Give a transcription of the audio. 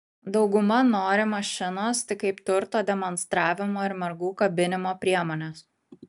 dauguma nori mašinos tik kaip turto demonstravimo ir mergų kabinimo priemonės